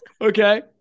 Okay